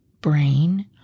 brain